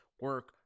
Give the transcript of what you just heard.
Work